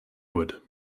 wood